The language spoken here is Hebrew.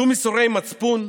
שום ייסורי מצפון?